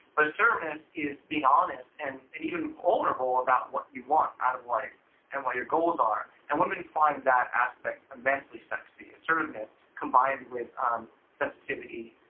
but assertiveness is being honest and and even vulnerable about what you want out of life and what your goals are. and women find that aspect immensely sexy, assertiveness combined with um sensitivity.